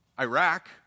Iraq